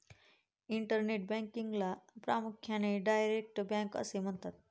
internet बँकिंगला प्रामुख्याने direct bank असे म्हणतात